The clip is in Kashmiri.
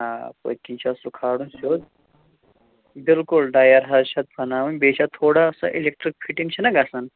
آ پٔتۍ کِنۍ چھِ اَتھ سُہ کھارُن سیوٚد بِلکُل ڈایَر حظ چھِ اَتھ بَناوٕنۍ بیٚیہِ چھِ اَتھ تھوڑا سۅ ایٚلٮ۪کٹرٛک فِٹِنٛگ چھِنا گژھان